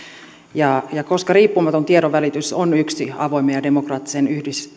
koska riippumaton tiedonvälitys on yksi avoimen ja demokraattisen